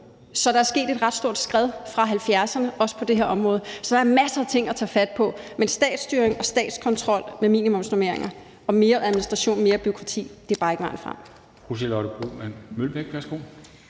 Så der er sket et ret stort skred fra 1970'erne, også på det her område. Så der er masser af ting at tage fat på, men statsstyring og statskontrol med minimumsnormeringer og mere administration og mere bureaukrati er bare ikke vejen frem.